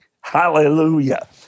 Hallelujah